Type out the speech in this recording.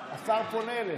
בועז, השר פונה אליך.